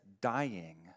dying